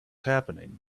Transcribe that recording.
happening